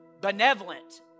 benevolent